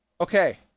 okay